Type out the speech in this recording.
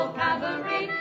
cavalry